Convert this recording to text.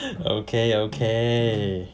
okay okay